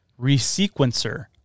Resequencer